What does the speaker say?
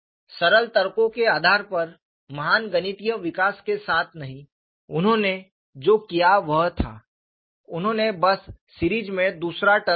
सरल तर्कों के आधार पर महान गणितीय विकास के साथ नहीं उसने जो किया वह था उसने बस सीरीज में दूसरा टर्म जोड़ा